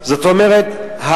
זאת אומרת,